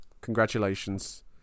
Congratulations